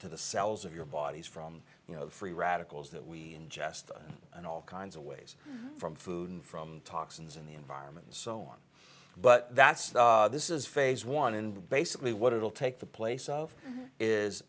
to the cells of your bodies from you know free radicals that we ingest and all kinds of ways from food and from toxins in the environment so on but that's the this is phase one in basically what it will take the place of is